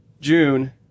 June